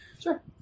Sure